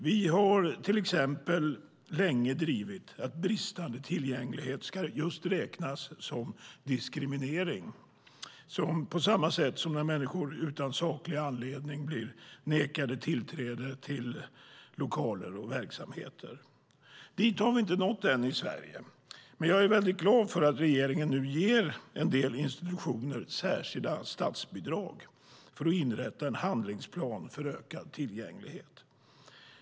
Vi har till exempel länge drivit att bristande tillgänglighet ska räknas som diskriminering på samma sätt som när människor utan saklig anledning blir nekade tillträde till lokaler och verksamheter. Dit har vi inte nått än i Sverige, men jag är mycket glad över att regeringen nu ger en del institutioner särskilda statsbidrag för att inrätta en handlingsplan för ökad tillgänglighet.